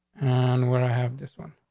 and what i have this one